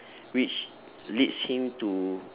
reach leads him to